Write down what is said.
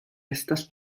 estas